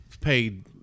paid